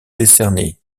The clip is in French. décernée